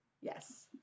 Yes